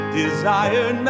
desire